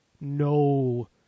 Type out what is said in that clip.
no